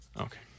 okay